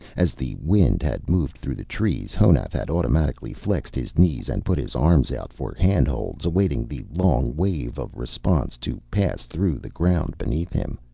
as the wind had moved through the trees, honath had automatically flexed his knees and put his arms out for handholds, awaiting the long wave of response to pass through the ground beneath him.